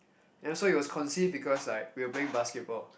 ya so it was conceived because like we were playing basketball